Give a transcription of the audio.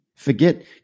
Forget